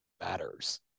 matters